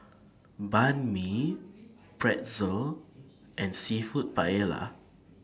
Banh MI Pretzel and Seafood Paella